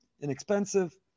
inexpensive